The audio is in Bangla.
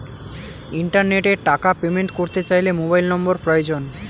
ইন্টারনেটে টাকা পেমেন্ট করতে চাইলে মোবাইল নম্বর প্রয়োজন